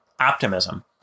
optimism